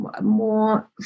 more